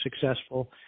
successful